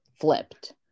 flipped